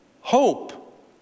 hope